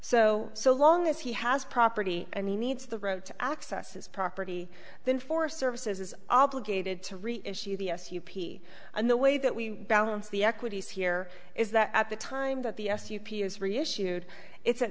so so long as he has property and he needs the road to access his property then for services is obligated to reissue the s u p and the way that we balance the equities here is that at the time that the s u p is reissued it's at